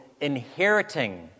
inheriting